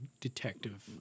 detective